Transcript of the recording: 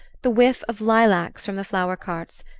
the whiff of lilacs from the flower-carts,